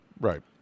Right